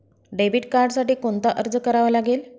Debit कार्डसाठी कोणता अर्ज करावा लागेल?